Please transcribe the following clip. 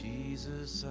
Jesus